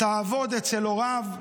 תעבוד אצל הוריו,